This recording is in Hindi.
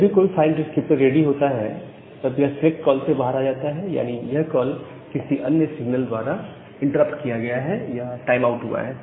जब भी कोई फाइल डिस्क्रिप्टर रेडी होता है तब यह सिलेक्ट कॉल से बाहर आ जाता है यानी यह कॉल किसी अन्य सिग्नल द्वारा इंटरप्ट किया गया है या टाइम आउट हुआ है